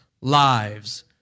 lives